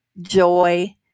joy